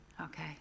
Okay